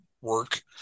work